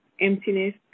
emptiness